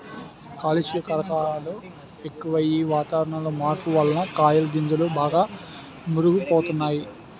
కాలుష్య కారకాలు ఎక్కువయ్యి, వాతావరణంలో మార్పు వలన కాయలు గింజలు బాగా మురుగు పోతున్నాయి